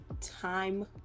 time